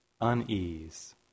unease